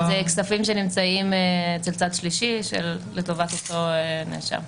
אבל אלה כספים שנמצאים אצל צד שלישי לטובת אותו נאשם.